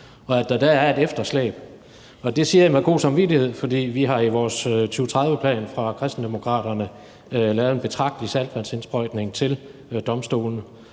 og at der dér er et efterslæb. Det siger jeg med god samvittighed, for vi har i vores 2030-plan fra Kristendemokraterne lavet en betragtelig saltvandsindsprøjtning til domstolene.